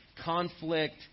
conflict